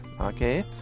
Okay